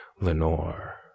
Lenore